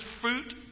fruit